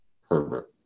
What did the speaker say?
Herbert